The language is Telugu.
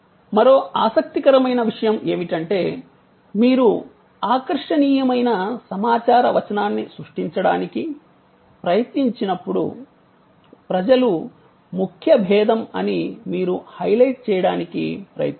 మరో ఆసక్తికరమైన విషయం ఏమిటంటే మీరు ఆకర్షణీయమైన సమాచార వచనాన్ని సృష్టించడానికి ప్రయత్నించినప్పుడు ప్రజలు ముఖ్య భేదం అని మీరు హైలైట్ చేయడానికి ప్రయత్నిస్తారు